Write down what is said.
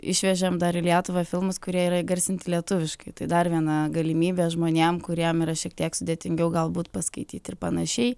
išvežėm dar į lietuvą filmus kurie yra įgarsinti lietuviškai tai dar viena galimybė žmonėm kuriem yra šiek tiek sudėtingiau galbūt paskaityti ir panašiai